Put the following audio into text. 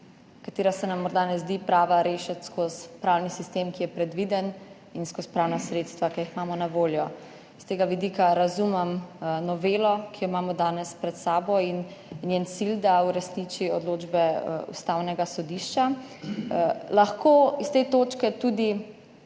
ki se nam morda ne zdi prava, rešiti skozi pravni sistem, ki je predviden, in skozi pravna sredstva, ki jih imamo na voljo. S tega vidika razumem novelo, ki jo imamo danes pred sabo, in njen cilj, da uresniči odločbe Ustavnega sodišča. S te točke